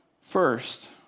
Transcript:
First